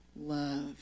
love